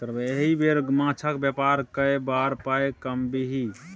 एहि बेर माछक बेपार कए बड़ पाय कमबिही